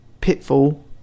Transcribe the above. Pitfall